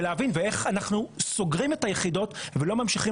ולהבין איך אנחנו סוגרים את היחידות ולא ממשיכים